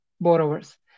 borrowers